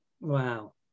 Wow